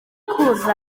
cwrdd